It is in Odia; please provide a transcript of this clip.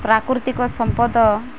ପ୍ରାକୃତିକ ସମ୍ପଦ